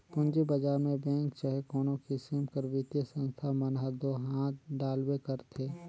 पूंजी बजार में बेंक चहे कोनो किसिम कर बित्तीय संस्था मन हर दो हांथ डालबे करथे